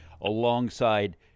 alongside